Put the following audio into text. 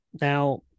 now